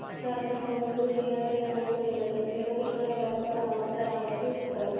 term లోన్లు ఎనభై నాలుగు నెలలు వ్యవధి గల వ్యాపార అవసరాలకు ఇస్తారు